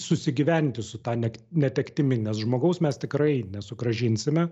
susigyventi su ta net netektimi nes žmogaus mes tikrai nesugrąžinsime